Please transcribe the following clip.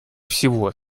всего